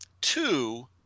Two